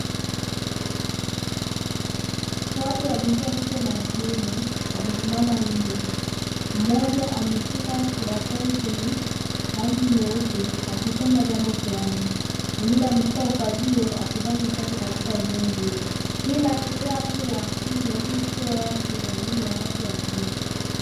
Watu wa jinsia ya kike ya kiume wamesimama nje, mmoja ameshika kidaftari chenye rangi nyeupe akisoma jambo fulani, wengine wameshika ufagio akifanya udafi katika eneo hilo. Hii inaashiria kuwa ni elimu isiyo rasmi na elimu ya watu wazima.